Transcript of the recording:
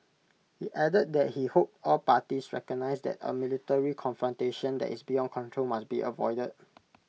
he added that he hoped all parties recognise that A military confrontation that is beyond control must be avoided